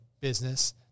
business